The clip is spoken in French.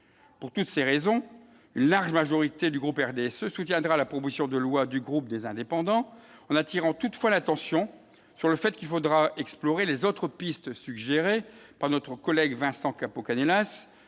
pour toutes ces raisons large majorité du groupe RDSE soutiendra la proposition de loi du groupe des indépendants en attirant toutefois l'attention sur le fait qu'il faudra explorer les autres pistes suggérées par notre collègue Vincent Capo Canellas